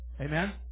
Amen